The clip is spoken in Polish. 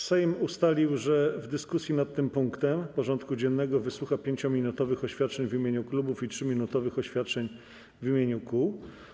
Sejm ustalił, że w dyskusji nad tym punktem porządku dziennego wysłucha 5-minutowych oświadczeń w imieniu klubów i 3-minutowych oświadczeń w imieniu kół.